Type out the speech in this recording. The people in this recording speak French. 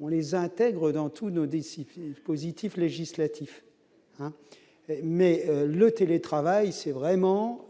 on les intègre dans tous nos décide positif législatif mais le télétravail, c'est vraiment